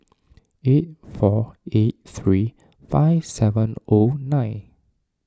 eight four eight three five seven O nine